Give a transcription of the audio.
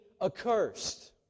accursed